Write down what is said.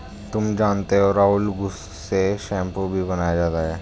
तुम जानते हो राहुल घुस से शैंपू भी बनाया जाता हैं